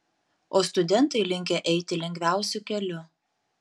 o studentai linkę eiti lengviausiu keliu